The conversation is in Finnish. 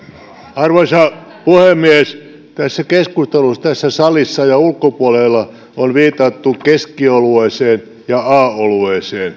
arvoisa puhemies tässä keskustelussa tässä salissa ja sen ulkopuolella on viitattu keskiolueen ja a olueen